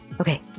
Okay